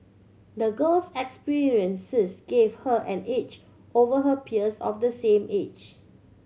the girl's experiences gave her an edge over her peers of the same age